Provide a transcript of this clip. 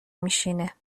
میشینه